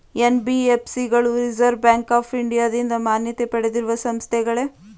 NBFC ಗಳು Reserve Bank of ಇಂಡಿಯಾದಿಂದ ಮಾನ್ಯತೆ ಪಡೆದಿರುವ ಸಂಸ್ಥೆಗಳೇ?